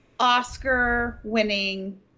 Oscar-winning